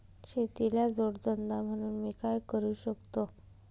शेतीला जोड धंदा म्हणून मी काय करु शकतो?